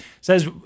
says